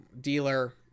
dealer